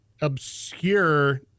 obscure